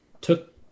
took